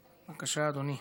בבקשה, אדוני.